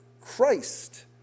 Christ